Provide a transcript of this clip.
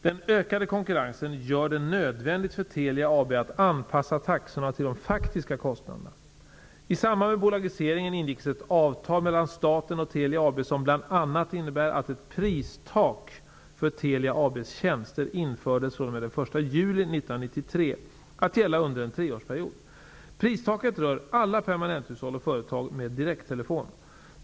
Den ökande konkurrensen gör det nödvändigt för Telia AB att anpassa taxorna till de faktiska kostnaderna. 1993 att gälla under en treårsperiod. Pristaket rör alla permanenthushåll och företag med direkttelefon.